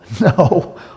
no